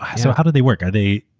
so how do they work? are they